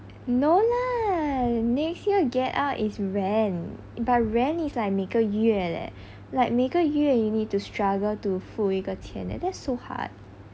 no lah next year get out is rent but rent is like 每个月勒 like 每个月 you need to struggle to 付一个钱 that's so hard